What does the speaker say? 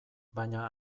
baina